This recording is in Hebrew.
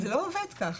זה לא עובד ככה,